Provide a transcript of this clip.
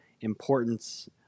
importance